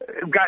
got